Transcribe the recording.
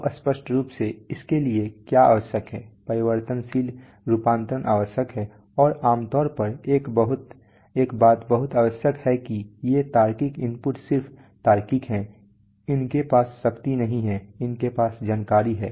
अब स्पष्ट रूप से इसके लिए क्या आवश्यक है परिवर्तनशील रूपांतरण आवश्यक है और आम तौर पर एक बात बहुत आवश्यक है कि ये तार्किक इनपुट सिर्फ तार्किक हैं उनके पास शक्ति नहीं है उनके पास जानकारी है